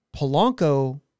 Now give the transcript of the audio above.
Polanco